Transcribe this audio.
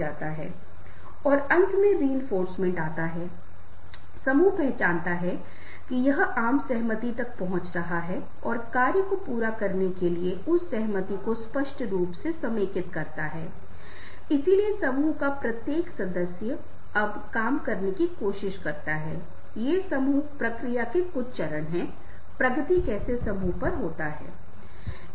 सहानुभूति का अर्थ है अपने आप को उस विशेष स्थिति में रखना और यह सोचना कि जैसे आपकी समस्या मेरी समस्या है आपकी कठिनाइयाँ मेरी कठिनाइयाँ हैं और एक व्यक्ति इस तरह से सोच रहा है तो वो व्यक्ति राहत महसूस करेगा व्यक्ति उस व्यक्ति को प्रेरित महसूस करेगा उससे आप को बहुत सम्मान मिलेगा आपके लिए यह एक ऐसा तरीका है जिससे एक नेता दूसरों को काम करने के लिए या लक्षित लक्ष्य को प्राप्त करने के लिए प्रेरित कर सकता है